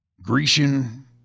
Grecian